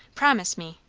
promise me!